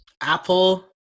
Apple